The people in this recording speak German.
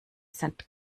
sind